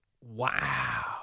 Wow